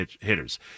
hitters